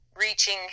reaching